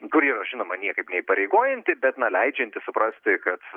kuri yra žinoma niekaip neįpareigojanti bet na leidžianti suprasti kad